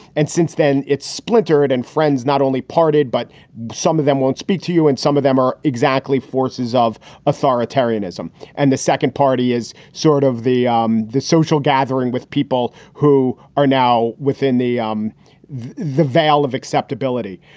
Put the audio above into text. and since then, it's splintered and friends not only parted, but some of them won't speak to you, and some of them are exactly forces of authoritarianism. and the second party is sort of the um the social gathering with people who are now within the um the veil of acceptability.